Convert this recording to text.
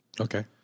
Okay